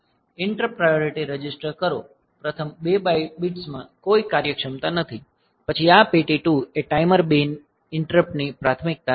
interrupt priority register કરો પ્રથમ 2 બિટ્સમાં કોઈ કાર્યક્ષમતા નથી પછી આ PT2 એ ટાઈમર 2 ઈંટરપ્ટ ની પ્રાથમિકતા છે